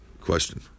question